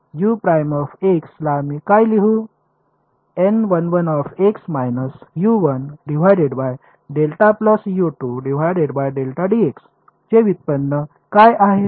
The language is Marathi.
ला मी काय लिहू चे व्युत्पन्न काय आहे